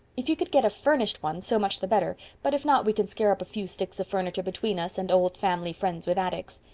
if you could get a furnished one so much the better, but if not, we can scare up a few sticks of finiture between us and old family friends with attics.